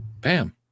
Bam